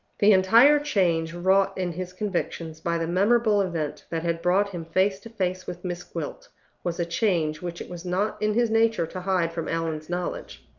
the entire change wrought in his convictions by the memorable event that had brought him face to face with miss gwilt was a change which it was not in his nature to hide from allan's knowledge.